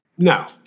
no